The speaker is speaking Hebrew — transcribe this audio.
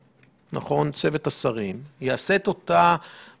החוק קובע שהשירות יעשה שימוש במידע שאנחנו